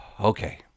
okay